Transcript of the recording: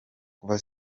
kuva